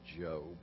Job